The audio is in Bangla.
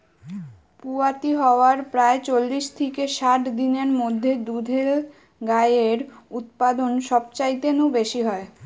পুয়াতি হয়ার প্রায় চল্লিশ থিকে ষাট দিনের মধ্যে দুধেল গাইয়ের উতপাদন সবচাইতে নু বেশি হয়